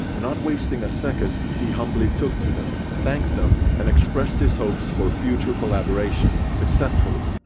not wasting a second he humbly took to them, thanked them and expressed his hopes for future collaboration, successfully.